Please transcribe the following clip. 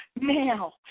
now